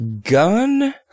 gun